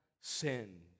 sinned